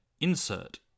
insert